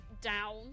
down